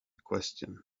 question